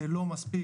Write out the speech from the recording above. זה לא מספיק.